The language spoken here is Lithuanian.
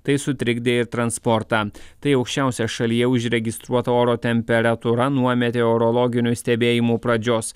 tai sutrikdė ir transportą tai aukščiausia šalyje užregistruota oro temperatūra nuo meteorologinių stebėjimų pradžios